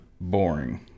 boring